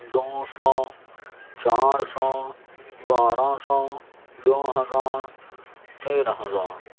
دو سو چار سو بارہ سو دو ہزار تین ہزار